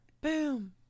Boom